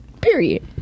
Period